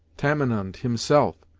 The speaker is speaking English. tamenund, himself,